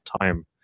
time